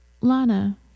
Lana